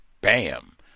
bam